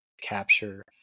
capture